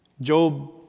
Job